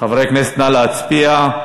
חברי הכנסת, נא להצביע.